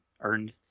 Earned